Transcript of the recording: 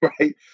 right